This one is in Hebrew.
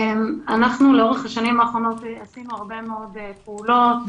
לאורך השנים האחרונות שינו הרבה מאוד פעולות.